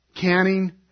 canning